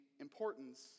importance